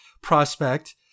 prospect